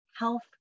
health